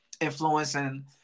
influencing